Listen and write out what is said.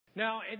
Now